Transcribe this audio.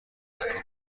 حرفا